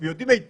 והם יודעים היטב